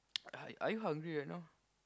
are you hungry right now